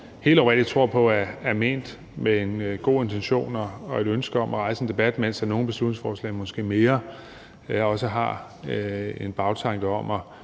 helt oprigtigt tror på er ment med en god intention og et ønske om at rejse en debat, mens nogle beslutningsforslag måske mere også rummer en bagtanke om at